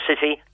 City